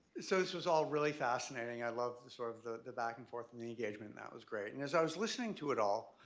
so this was all really fascinating i love the sort of the the back and forth and the engagement that was great and as i was listening to it all,